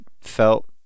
felt